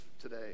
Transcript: today